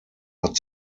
hat